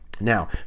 Now